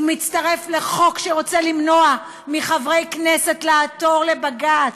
הוא מצטרף לחוק שרוצה למנוע מחברי כנסת לעתור לבג"ץ.